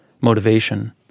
motivation